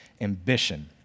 ambition